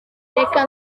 reka